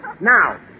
Now